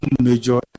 major